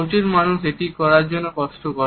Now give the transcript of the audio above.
প্রচুর মানুষ এটি করার জন্য কষ্ট করে